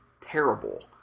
terrible